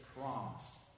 promise